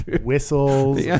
Whistles